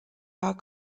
are